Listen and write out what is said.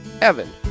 Evan